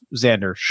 Xander